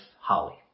Holly